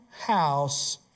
house